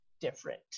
different